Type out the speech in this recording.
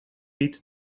beat